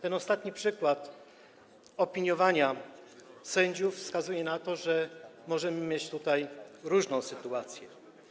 Ten ostatni przykład opiniowania sędziów wskazuje na to, że możemy mieć tutaj różne sytuacje.